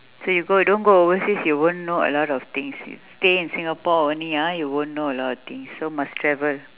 so you go don't go overseas you won't know a lot of things you stay in singapore only ah you won't know a lot of things so must travel